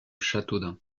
châteaudun